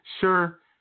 Sure